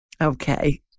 Okay